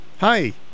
Hi